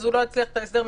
הוא לא הצליח בהסדר,